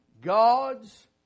God's